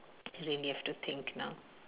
really have to think now